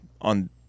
on